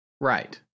right